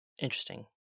interesting